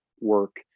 work